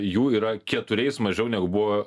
jų yra keturiais mažiau negu buvo